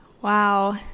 Wow